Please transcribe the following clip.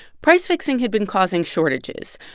price fixing had been causing shortages.